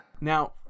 Now